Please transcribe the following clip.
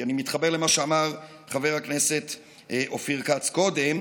כי אני מתחבר למה שאמר חבר הכנסת אופיר כץ קודם.